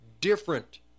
different